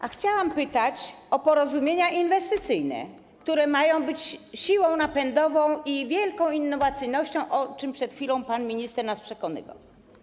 A chciałam pytać o porozumienia inwestycyjne, które mają być siłą napędową i wielką innowacyjnością, o czym przed chwilą pan minister nas przekonywał.